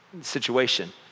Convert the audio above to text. situation